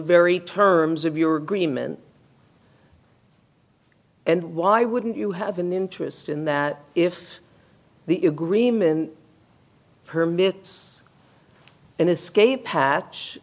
very terms of your greenman and why wouldn't you have an interest in that if the agreement permits an escape hatch